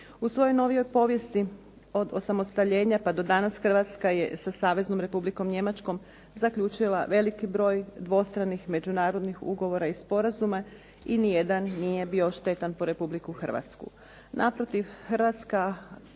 U svojoj novijoj povijesti od osamostaljenja do danas Hrvatska je sa Saveznom Republikom Njemačkom zaključila veliki broj dvostranih međunarodnih ugovora i sporazuma i ni jedan nije bio štetan po Republiku Hrvatsku.